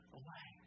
away